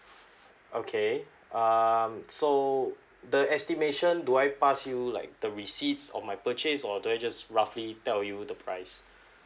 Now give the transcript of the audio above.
okay um so the estimation do I pass you like the receipts of my purchase or do I just roughly tell you the price